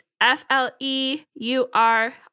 F-L-E-U-R